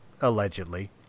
Allegedly